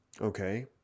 okay